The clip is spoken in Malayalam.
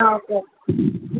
ആ ഓക്കെ ഓക്കെ